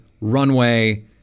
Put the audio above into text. runway